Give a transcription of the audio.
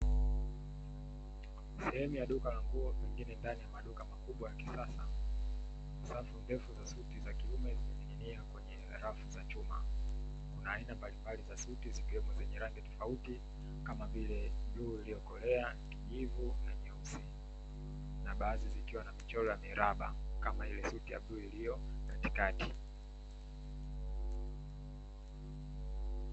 Sehemu ya duka la nguo, pengine ndani ya maduka makubwa ya kisasa, safu ndefu za suti za kiume zimening’inia kwenye rafu za chuma. Kuna aina mbalimbali za suti, zikiwemo zenye rangi tofauti kama vile bluu iliyokolea, kijivu, na nyeusi, na baadhi zikiwa na michoro ya miraba kama ile suti ya bluu iliyo katikati.